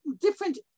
Different